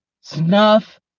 snuff